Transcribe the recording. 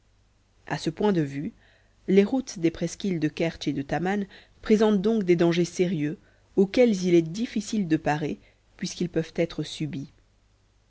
a ce point de vue les routes des presqu'îles de kertsch et de taman présentent donc des dangers sérieux auxquels il est difficile de parer puisqu'ils peuvent être subits